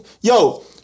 Yo